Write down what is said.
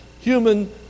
human